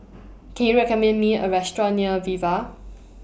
Can YOU recommend Me A Restaurant near Viva